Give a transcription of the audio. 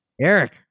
Eric